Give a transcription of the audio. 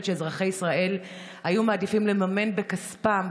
שאזרחי ישראל היו מעדיפים לממן בכספם,